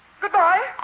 goodbye